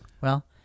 Well-